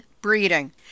breeding